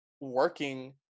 working